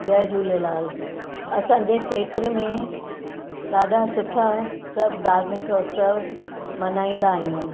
जय झूलेलाल असांजे खेत्र में ॾाढा सुठा सभु धार्मिक उत्सव मल्हाईंदा आहियूं